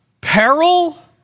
Peril